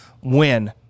win